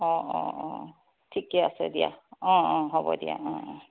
অ অ অ ঠিকে আছে দিয়া অ অ হ'ব দিয়া অ